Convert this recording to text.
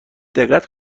دقت